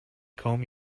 comb